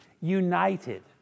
united